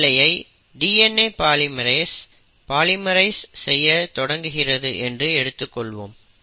இந்த இழையை DNA polymerase polymerise செய்ய தொடங்குகிறது என்று எடுத்துக்கொள்வோம்